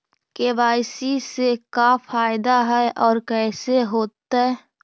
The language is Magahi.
के.वाई.सी से का फायदा है और कैसे होतै?